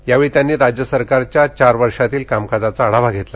यावेळी त्यांनी राज्य सरकारच्या चार वर्षातील कामकाजाचा आढावा घेतला